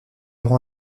rend